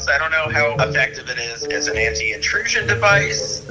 i don't know how effective it is as an anti-intrusion device,